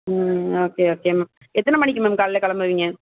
ம் okay okay ma'am எத்தனை மணிக்கு மேம் காலையில் கிளம்புவீங்க